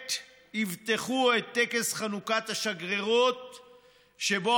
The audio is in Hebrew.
בעת אבטחו את טקס חנוכת השגרירות שבו,